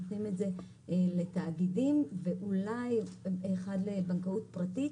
נותנים את זה לתאגידים ואולי אחד לבנקאות פרטית,